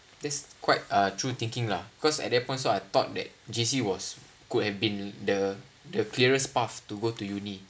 that's quite a true thinking lah cause at that point so I thought that J_C was could have been the the clearest path to go to uni